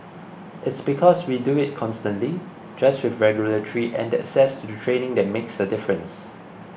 its because we do it constantly just with regularity and the access to the training that makes a difference